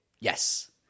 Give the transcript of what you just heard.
Yes